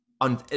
on